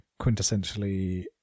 quintessentially